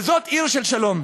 וזאת עיר של שלום.